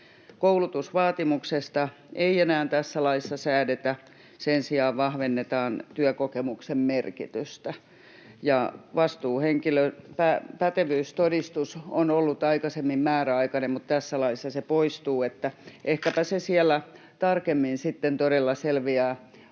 Koulutusvaatimuksesta ei enää tässä laissa säädetä. Sen sijaan vahvennetaan työkokemuksen merkitystä. Ja vastuuhenkilön pätevyystodistus on ollut aikaisemmin määräaikainen, mutta tässä laissa se poistuu. Ehkäpä nämä asiat tarkemmin sitten todella selviävät